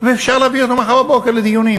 ואפשר להביא אותו מחר בבוקר לדיונים.